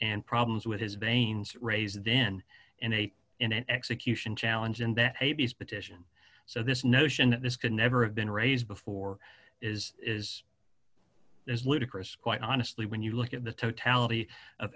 and problems with his veins raised in in a in an execution challenge and that a b s petition so this notion that this could never have been raised before is is is ludicrous quite honestly when you look at the totality of